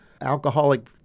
alcoholic